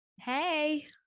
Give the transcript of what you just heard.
Hey